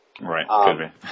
Right